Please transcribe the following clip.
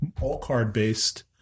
all-card-based